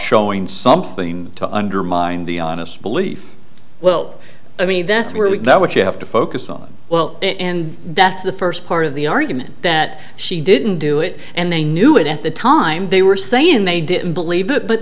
showing something to undermine the honest belief well i mean that's where we that what you have to focus on well and that's the first part of the argument that she didn't do it and they knew it at the time they were saying they didn't believe it but